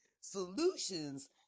Solutions